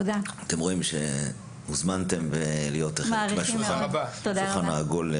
אתם רואים שהוזמנתם להיות סביב השולחן העגול,